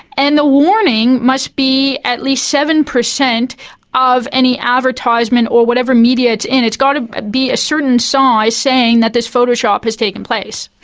and the warning must be at least seven percent of any advertisement or whatever media it's in. it's got to ah be a certain size saying that this photoshop has taken place.